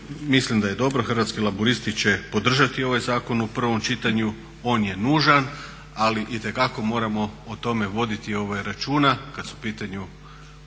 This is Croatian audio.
mislim da je dobro. Hrvatski laburisti će podržati ovaj zakon u prvom čitanju, on je nužan, ali itekako moramo o tome voditi računa kad su u pitanju